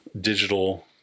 digital